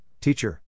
teacher